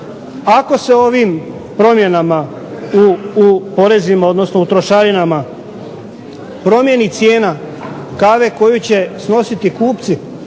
Ako se ovim promjenama u porezima, odnosno u trošarinama. Promjeni cijena kave koju će snositi kupci,